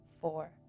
four